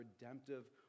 redemptive